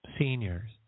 seniors